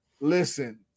listen